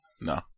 No